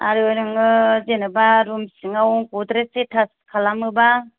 आरो नोङो जेनेबा रुम सिङाव गद्रेज एटास खालामोबा